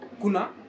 kuna